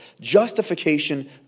Justification